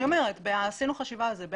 עשינו חשיבה על זה.